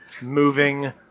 Moving